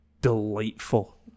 delightful